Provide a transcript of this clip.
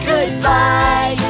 Goodbye